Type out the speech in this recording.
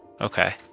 Okay